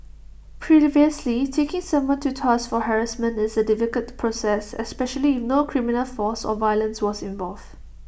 previously taking someone to task for harassment is A difficult process especially if no criminal force or violence was involved